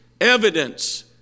evidence